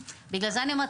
בגלל זה אני אומרת,